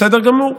בסדר גמור.